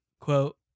quote